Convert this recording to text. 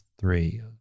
three